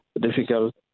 difficult